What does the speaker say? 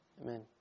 Amen